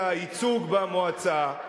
של הייצוג במועצה.